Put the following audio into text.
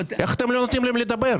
איך אתם לא נותנים להם לדבר?